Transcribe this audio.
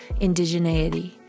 indigeneity